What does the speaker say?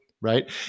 right